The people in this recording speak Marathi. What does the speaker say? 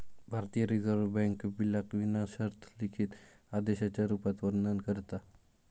भारतीय रिजर्व बॅन्क बिलाक विना शर्त लिखित आदेशाच्या रुपात वर्णन करता